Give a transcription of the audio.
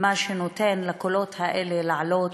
מה שנותן לקולות האלה לעלות,